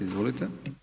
Izvolite.